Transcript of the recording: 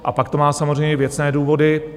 A pak to má samozřejmě i věcné důvody.